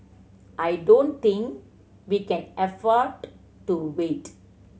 I don't think we can afford to wait